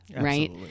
right